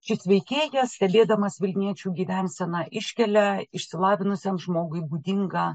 šis veikėjas stebėdamas vilniečių gyvenseną iškelia išsilavinusiam žmogui būdingą